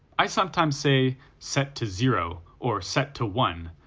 i sometimes say set to zero or set to one,